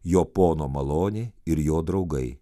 jo pono malonė ir jo draugai